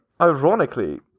ironically